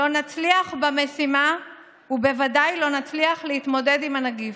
לא נצליח במשימה ובוודאי לא נצליח להתמודד עם הנגיף.